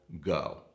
go